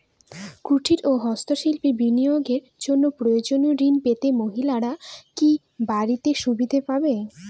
কুটীর ও হস্ত শিল্পে বিনিয়োগের জন্য প্রয়োজনীয় ঋণ পেতে মহিলারা কি বাড়তি সুবিধে পাবেন?